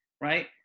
right